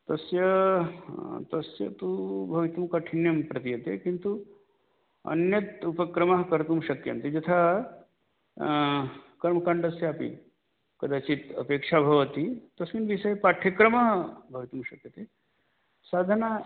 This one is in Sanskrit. तस्य तस्य तु भवितुं कठिनं प्रतीयते किन्तु अन्यत् उपक्रमः कर्तुं शक्यन्ते यथा कर्मकाण्डस्य अपि कदाचित् अपेक्षा भवति तस्मिन् विषये पाठ्यक्रमः भवितुं शक्यते साधना